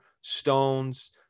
Stones